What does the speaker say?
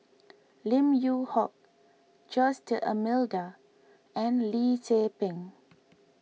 Lim Yew Hock Jose D'Almeida and Lim Tze Peng